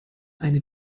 eine